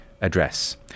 address